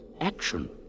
Action